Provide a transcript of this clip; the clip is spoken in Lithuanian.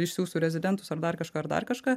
išsiųsiu rezidentus ar dar kažką ar dar kažką